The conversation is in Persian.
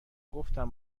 گفتم